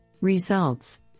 Results